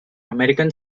american